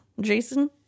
Jason